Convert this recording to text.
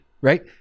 right